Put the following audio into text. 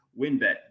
WinBet